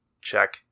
check